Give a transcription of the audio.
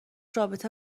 رابطه